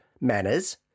Manners